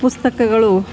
ಪುಸ್ತಕಗಳು